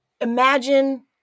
imagine